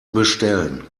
bestellen